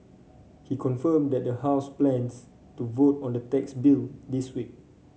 he confirmed that the house plans to vote on the tax bill this week